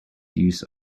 use